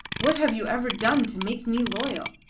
what have you ever done to make me loyal?